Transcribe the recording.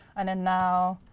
and then now,